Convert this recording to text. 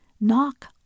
Knock